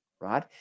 right